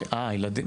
אה, הילדים.